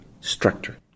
structure